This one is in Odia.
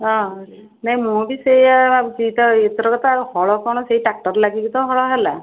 ହଁ ନାଇଁ ମୁଁ ବି ସେଇୟା ଭାବୁଛି ଏଥରକ ତ ଆଉ ହଳ କ'ଣ ସେ ଟ୍ରାକ୍ଟର୍ ଲାଗିକି ତ ହଳ ହେଲା